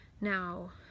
Now